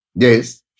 Yes